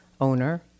owner